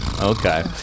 Okay